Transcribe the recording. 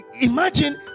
imagine